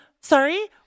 sorry